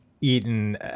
eaten